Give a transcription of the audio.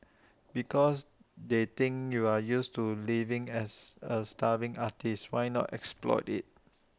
because they think you're used to living as A starving artist why not exploit IT